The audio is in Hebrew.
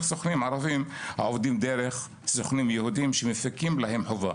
סוכנים ערבים העובדים דרך סוכנים יהודים שמפיקים להם חובה